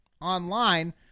online